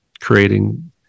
creating